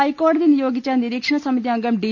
ഹൈക്കോടതി നിയോഗിച്ച നിരീക്ഷണസമിതി അംഗം ഡി